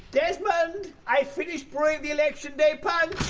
desmond! i've finished brewing the election day punch!